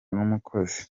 n’umukozi